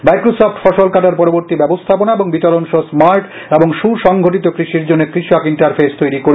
Microsoft ফসল কাটার পরবর্তী ব্যবস্থাপনা এবং বিতরণ সহ স্মার্ট এবং সু সংগঠিত কৃষির জন্য কৃষক ইন্টারফেস তৈরি করবে